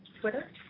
Twitter